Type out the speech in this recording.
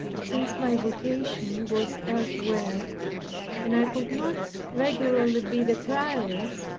since my vocation was elsewhere. and i could not regularly be the prioress,